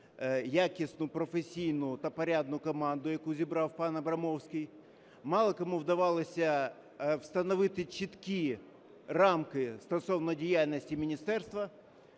якісну, професійну та порядну команду, яку зібрав пан Абрамовський. Мало кому вдавалося встановити чіткі рамки стосовно діяльності міністерства.